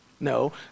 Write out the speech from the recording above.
No